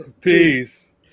Peace